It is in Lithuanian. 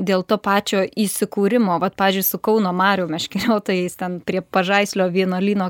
dėl to pačio įsikūrimo vat pavyzdžiui su kauno marių meškeriotojais ten prie pažaislio vienuolyno